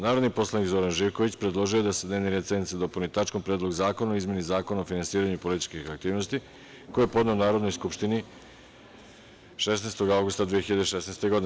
Narodni poslanik Zoran Živković, predložio je da se dnevni red sednice dopuni tačkom - Predlog zakona o izmeni Zakona o finansiranju političkih aktivnosti, koji je podneo Narodnoj skupštini 16. avgusta 2016. godine.